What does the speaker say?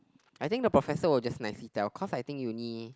I think the professor will just nicely tell cause I think uni